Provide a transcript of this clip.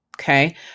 okay